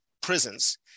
prisons